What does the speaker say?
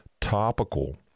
topical